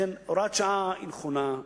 לכן הוראת שעה היא נכונה,